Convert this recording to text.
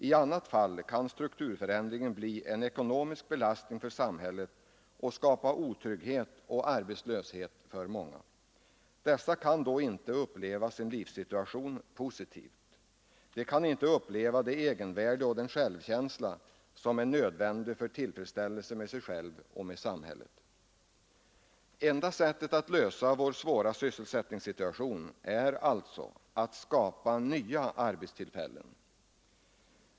I annat fall kan strukturförändringen bli en ekonomisk belastning för samhället och skapa otrygghet och arbetslöshet för många. Dessa kan då inte uppleva sin livssituation positivt. De kan inte uppleva det egenvärde och den självkänsla som är nödvändiga för tillfredsställelse med sig själv och med samhället. Enda sättet att lösa vår svåra sysselsättningssituation är alltså att skapa nya arbetstillfällen.